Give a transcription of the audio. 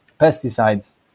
pesticides